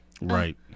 Right